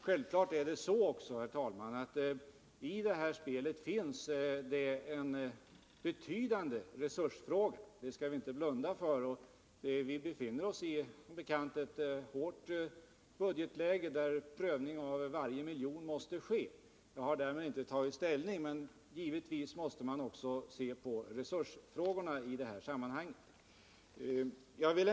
Självfallet är det också så, herr talman, att det handlar om en betydande resursfråga. Det skall vi inte blunda för. Vi befinner oss som bekant i ett hårt budgetläge, där en prövning måste ske för varje miljon. Utan att därmed ta Nr 130 ställning till den här frågan vill jag säga att vi givetvis måste se på även resursfrågorna i det här sammanhanget. Herr talman!